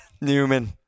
Newman